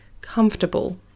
comfortable